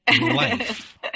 life